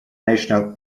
national